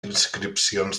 inscripcions